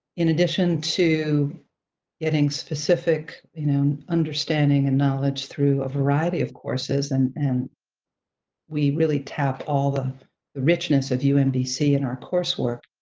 in addition to getting specific you know understanding and knowledge through a variety of courses, and and we really tap all the richness of umbc in our coursework,